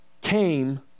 came